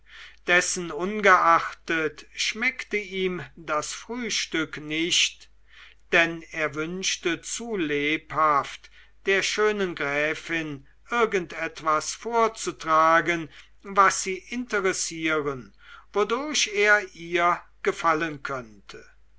ungeachtet schmeckte ihm das frühstück nicht denn er wünschte zu lebhaft der schönen gräfin irgend etwas vorzutragen was sie interessieren wodurch er ihr gefallen könnte